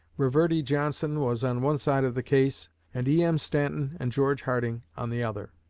reverdy johnson was on one side of the case, and e m. stanton and george harding on the other.